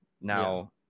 now